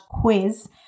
quiz